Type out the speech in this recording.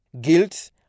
guilt